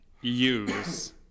use